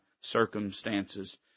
circumstances